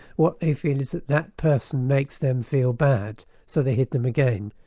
what they feel is that that person makes them feel bad, so they hit them again,